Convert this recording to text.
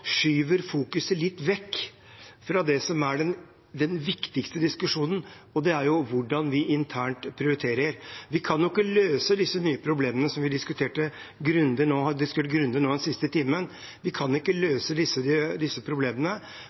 skyver fokuset litt vekk fra den viktigste diskusjonen, og det er hvordan vi prioriterer internt. Vi kan jo ikke løse disse nye problemene som vi har diskutert grundig den siste timen, bare ved å se på antall; vi